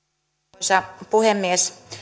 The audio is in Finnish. arvoisa puhemies